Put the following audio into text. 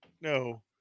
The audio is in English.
No